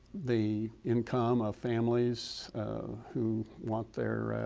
the income of families who want their